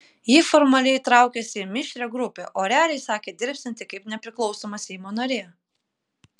ji formaliai traukiasi į mišrią grupę o realiai sakė dirbsianti kaip nepriklausoma seimo narė